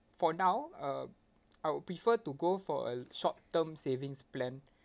for now uh I would prefer to go for a short term savings plan